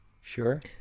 Sure